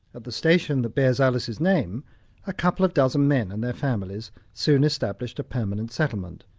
at the station that bears alice's name a couple of dozen men and their families soon established a permanent settlement.